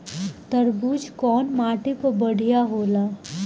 तरबूज कउन माटी पर बढ़ीया होला?